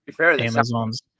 Amazons